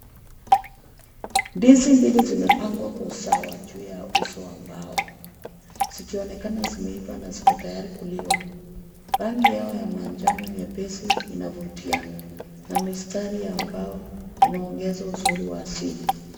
Ndizi mbili zimepangwa kwa usawa juu ya uso wa mbao, zikionekana zimeiva na ziko tayari kuliwa. Rangi yao ya manjano nyepesi inavutia na mistari ya mbao inaongeza uzuri wa asili.